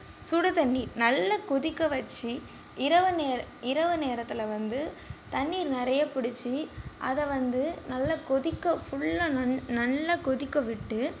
சுடு தண்ணீர் நல்லா கொதிக்க வைத்து இரவு நேர இரவு நேரத்தில் வந்து தண்ணீர் நிறைய பிடித்து அதை வந்து நல்லா கொதிக்க ஃபுல்லாக நன் நல்லா கொதிக்க விட்டு